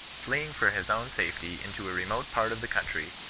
fleeing for his own safety into a remote part of the country,